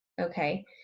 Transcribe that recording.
Okay